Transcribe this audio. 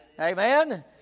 Amen